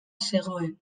zegoen